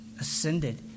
ascended